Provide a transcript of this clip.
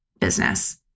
business